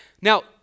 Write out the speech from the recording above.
Now